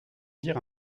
dire